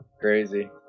crazy